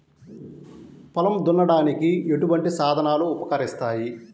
పొలం దున్నడానికి ఎటువంటి సాధనాలు ఉపకరిస్తాయి?